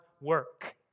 work